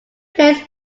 players